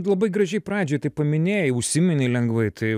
labai gražiai pradžioj taip paminėjai užsiminei lengvai tai